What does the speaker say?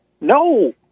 No